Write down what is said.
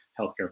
healthcare